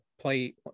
play